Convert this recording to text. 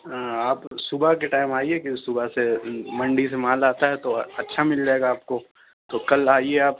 آپ صبح کے ٹائم آئیے کہ صبح سے منڈی سے مال آتا ہے تو اچھا مل جائے گا آپ کو تو کل آئیے آپ